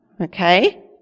okay